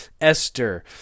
esther